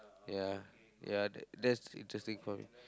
ya ya that that's the interesting point